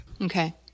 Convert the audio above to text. Okay